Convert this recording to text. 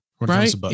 Right